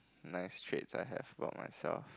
nice traits I've about myself